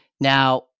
Now